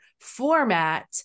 format